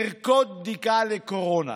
ערכות בדיקה לקורונה.